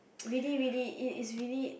really really is is really